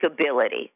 ability